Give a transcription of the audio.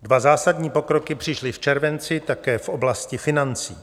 Dva zásadní pokroky přišly v červenci také v oblasti financí.